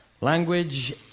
Language